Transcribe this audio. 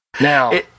Now